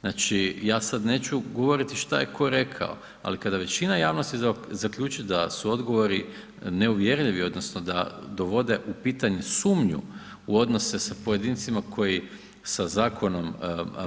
Znači ja sada neću govoriti šta je tko rekao ali kada većina javnosti zaključi da su odgovori neuvjerljivi odnosno da dovode u pitanje sumnju u odnose sa pojedincima koji sa zakonom